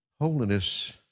holiness